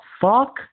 fuck